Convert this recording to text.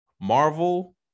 marvel